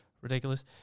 ridiculous